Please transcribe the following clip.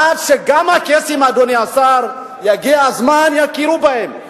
עד שגם הקייסים, אדוני השר, יגיע הזמן ויכירו בהם.